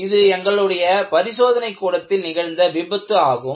இது எங்களுடைய பரிசோதனைக் கூடத்தில் நிகழ்ந்த விபத்து ஆகும்